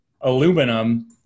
aluminum